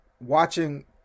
Watching